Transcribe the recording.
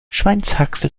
schweinshaxe